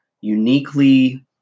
uniquely